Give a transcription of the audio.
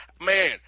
Man